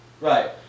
Right